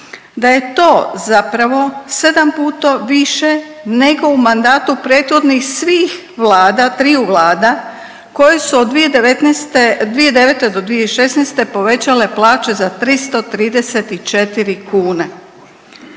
Da je to zapravo 7 puta više nego u mandatu prethodnih svih vlada, triju vlada koje su od 2019., 2009. do 2016. povećale plaće za 334 kune.